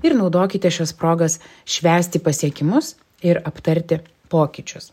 ir naudokite šias progas švęsti pasiekimus ir aptarti pokyčius